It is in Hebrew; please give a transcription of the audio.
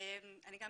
גם